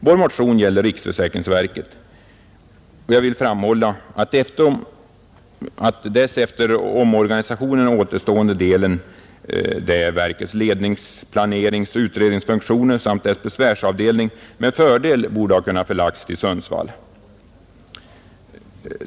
Vår motion gäller riksförsäkringsverket, och jag vill framhålla att dess efter omorganisationen återstående del — verkets lednings-, planeringsoch utredningsfunktioner samt dess besvärsavdelning — med fördel skulle kunna förläggas till Sundsvall.